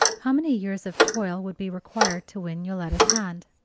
how many years of toil would be required to win yoletta's hand?